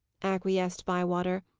acquiesced bywater.